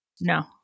No